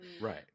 Right